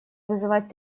вызывать